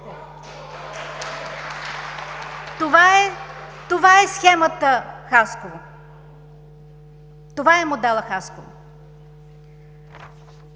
Това е схемата Хасково, това е моделът Хасково!